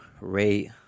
rate